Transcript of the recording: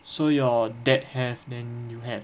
so your dad have then you have